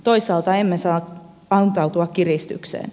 toisaalta emme saa antautua kiristykseen